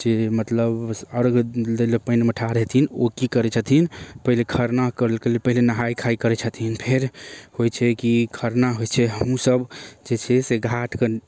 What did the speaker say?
जे जे मतलब आओर देलक पानिमे ठाढ़ हेथिन ओ की करै छथिन पहिले खरना करऽ सऽ पहिले नहाय खाय करै छथिन फेर होइ छै की खरना होइ छै हमसब जे छै से घाट